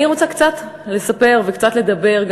אני רוצה קצת לספר וגם לדבר,